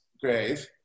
grave